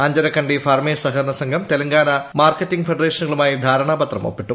Anjarakandy farmers സഹകരണസംഘം Telangana marketing ഫെഡറേഷനുകളുമായി ധാരണാപത്രം ഒപ്പിട്ടു